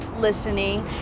listening